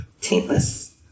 Taintless